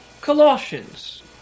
Colossians